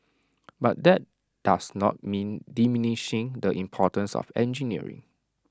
but that does not mean diminishing the importance of engineering